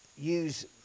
use